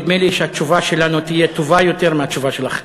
נדמה לי שהתשובה שלנו תהיה טובה יותר מהתשובה שלכם.